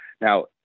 Now